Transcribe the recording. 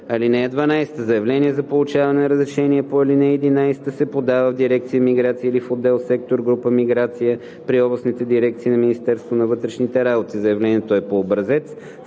ал. 1. (12) Заявление за получаване на разрешение по ал. 11 се подава в дирекция „Миграция“ или в отдел/сектор/група „Миграция“ при областните дирекции на Министерството на вътрешните работи. Заявлението е по образец